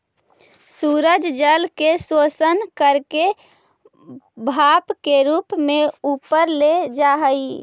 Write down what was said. सूरज जल के शोषण करके भाप के रूप में ऊपर ले जा हई